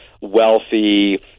wealthy